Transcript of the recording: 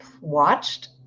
watched